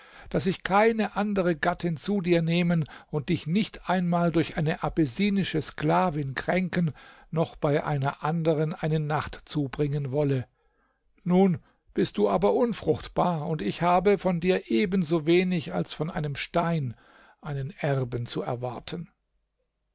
daß ich keine andere gattin zu dir nehmen und dich nicht einmal durch eine abessinische sklavin kränken noch bei einer anderen eine nacht zubringen wolle nun bist du aber unfruchtbar und ich habe von dir ebensowenig als von einem stein einen erben zu erwarten